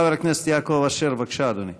חבר הכנסת יעקב אשר, בבקשה, אדוני.